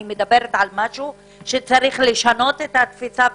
אני מדברת על משהו שצריך לשנות את התפישה.